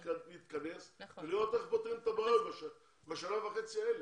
להתכנס ולראות איך פותרים את הבעיות בשנה וחצי האלה.